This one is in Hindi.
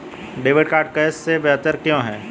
डेबिट कार्ड कैश से बेहतर क्यों है?